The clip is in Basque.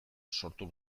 sortu